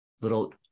little